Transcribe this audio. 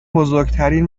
بزرگترین